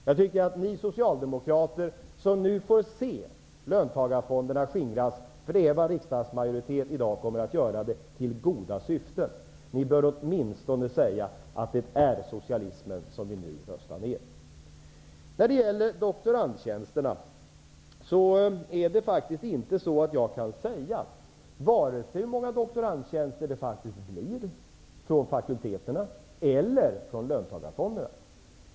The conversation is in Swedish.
Jag tycker att ni socialdemokrater som nu får se löntagarfonderna skingras för goda syften -- det är vad en riksdagsmajoritet i dag kommer att rösta för -- åtminstone bör säga att det är socialismen som vi nu röstar ner. Jag kan faktiskt inte säga hur många doktorandtjänster det kommer att bli från fakulteterna eller från löntagarfonderna.